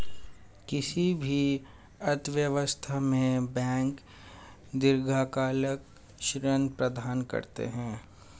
किसी भी अर्थव्यवस्था में बैंक दीर्घकालिक ऋण प्रदान करते हैं